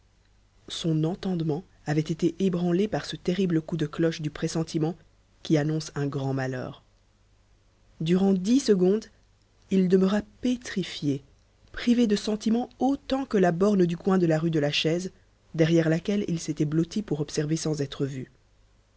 son entendement avait été ébranlé par ce terrible coup de cloche du pressentiment qui annonce un grand malheur durant dix secondes il demeura pétrifié privé de sentiment autant que la borne du coin de la rue de la chaise derrière laquelle il s'était blotti pour observer sans être vu